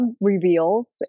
reveals